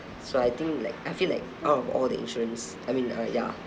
so I think like I feel like out of all the insurance I mean uh ya